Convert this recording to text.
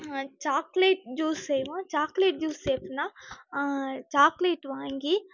chocolate juice செய்வோம் chocolate juice எப்படினா chocolate வாங்கி